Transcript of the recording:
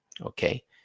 Okay